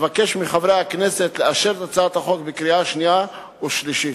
אבקש מחברי הכנסת לאשר את הצעת החוק בקריאה השנייה ובקריאה השלישית.